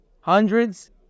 Hundreds